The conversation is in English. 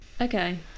okay